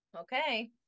Okay